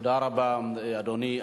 תודה רבה, אדוני.